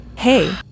Hey